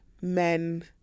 men